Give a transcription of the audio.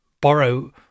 borrow